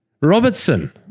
Robertson